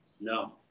No